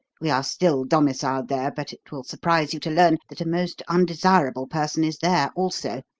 we are still domiciled there, but it will surprise you to learn that a most undesirable person is there also.